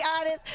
honest